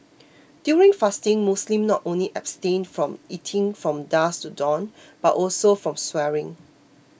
during fasting Muslims not only abstain from eating from dusk to dawn but also from swearing